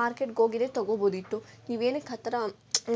ಮಾರ್ಕೆಟ್ಗೋಗಿದ್ರೆ ತೊಗೊಬೋದಿತ್ತು ನೀವೇನಕ್ಕೆ ಆ ಥರ